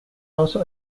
also